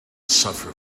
suffer